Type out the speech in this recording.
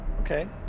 okay